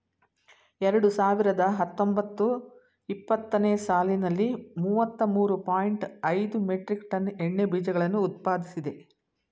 ಎರಡು ಸಾವಿರದ ಹತ್ತೊಂಬತ್ತು ಇಪ್ಪತ್ತನೇ ಸಾಲಿನಲ್ಲಿ ಮೂವತ್ತ ಮೂರು ಪಾಯಿಂಟ್ ಐದು ಮೆಟ್ರಿಕ್ ಟನ್ ಎಣ್ಣೆ ಬೀಜಗಳನ್ನು ಉತ್ಪಾದಿಸಿದೆ